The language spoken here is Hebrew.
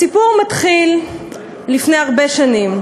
הסיפור מתחיל לפני הרבה שנים,